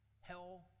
hell